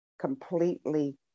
completely